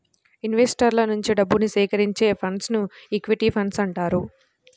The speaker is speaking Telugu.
ఇన్వెస్టర్ల నుంచి డబ్బుని సేకరించే ఫండ్స్ను ఈక్విటీ ఫండ్స్ అంటారు